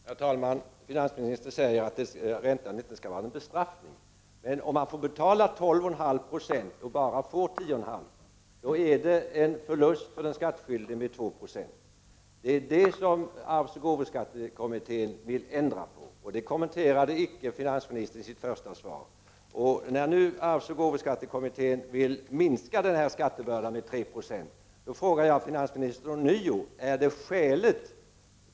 Herr talman! Finansministern säger att räntan inte skall vara en bestraffning. Men om man får betala 12,5 96 i ränta och får bara 10,5 20 blir det en förlust för den skattskyldige med 2 26. Det är detta som arvsoch gåvoskattekommittén vill ändra på, och det kommenterade finansministern inte i sitt första inlägg. När nu arvsoch gåvoskattekommittén vill minska skattebördan med 3 90 vill jag ånyo fråga finansministern: Är detta skäligt?